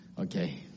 Okay